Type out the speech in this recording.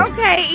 Okay